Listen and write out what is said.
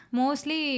mostly